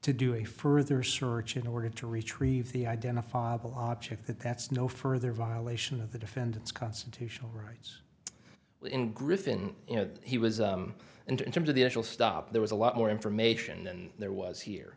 to do a further search in order to retrieve the identifiable object that that's no further violation of the defendant's constitutional rights in griffin you know he was and in terms of the initial stop there was a lot more information than there was here